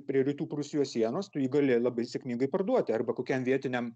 prie rytų prūsijos sienos tu jį gali labai sėkmingai parduoti arba kokiam vietiniam